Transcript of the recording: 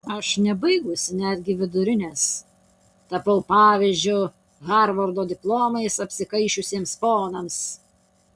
aš nebaigusi netgi vidurinės tapau pavyzdžiu harvardo diplomais apsikaišiusiems ponams